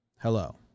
Hello